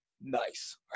nice